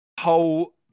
whole